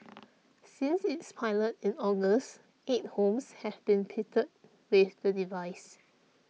since its pilot in August eight homes have been pitted with the device